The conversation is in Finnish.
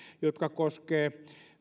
jotka koskevat